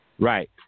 Right